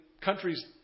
countries